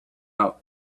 out